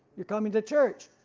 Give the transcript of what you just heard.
you're coming to church,